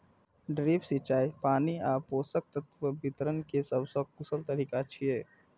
drip सिंचाई पानि आ पोषक तत्व वितरण के सबसं कुशल तरीका छियै